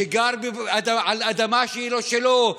שגר על אדמה שהיא לא שלו,